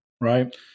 right